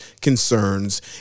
concerns